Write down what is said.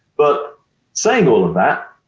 but saying all of that,